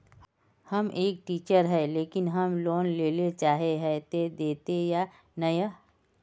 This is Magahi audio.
हम एक टीचर है लेकिन हम लोन लेले चाहे है ते देते या नय?